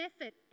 effort